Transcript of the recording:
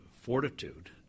fortitude